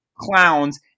Clowns